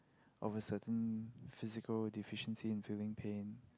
or I was certain physical deficiency infilling pain